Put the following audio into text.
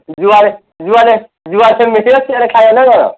ଯୁଆଡ଼େ ଯୁଆଡ଼େ ଯୁଆଡ଼େ ମିଶିବ ସିୟାଡ଼େ ଖାଇବ ନା କ'ଣ